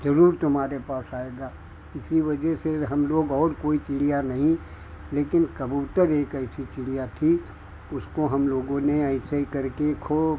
ज़रूर तुम्हारे पास आएगा इसी वजह से हम लोग और कोई चिड़िया नहीं लेकिन कबूतर एक ऐसी चिड़िया थी उसको हम लोगों ने ऐसे ही करके खूब